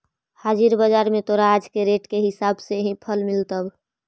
हाजिर बाजार में तोरा आज के रेट के हिसाब से ही फल मिलतवऽ